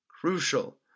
crucial